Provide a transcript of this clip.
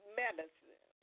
medicine